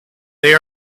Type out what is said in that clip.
they